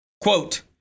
Quote